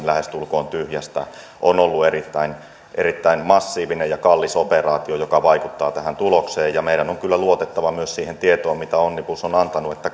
lähestulkoon tyhjästä on ollut erittäin erittäin massiivinen ja kallis operaatio joka vaikuttaa tähän tulokseen ja meidän on kyllä luotettava myös siihen tietoon mitä onnibus on antanut että